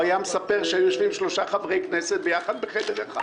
הוא היה מספר שהיו יושבים שלושה חברי כנסת ביחד בחדר אחד.